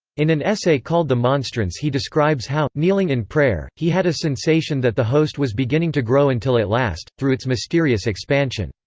in an essay called the monstrance he describes how, kneeling in prayer, he had a sensation that the host was beginning to grow until at last, through its mysterious expansion,